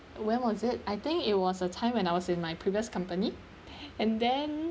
when was it I think it was a time when I was in my previous company and then